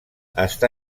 està